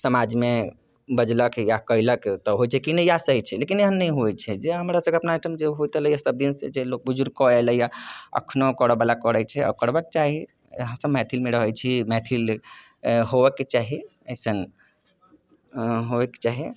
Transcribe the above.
समाजमे बजलक या कयलक तऽ होइ छै ने कि इएह सही छै लेकिन एहन नहि होइ छै जे हमरा सभके अपना ओहिठाम होइत एलैहँ सभदिनसँ जे लोक बुजुर्ग कऽ एलैए एखनो करऽवला करै छै अऽ करबाक चाही अहाँ सभ मैथिलमे रहै छी मैथिल अऽ होअक चाही अइसन अऽ होइक चाही